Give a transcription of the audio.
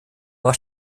aber